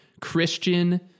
Christian